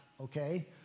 okay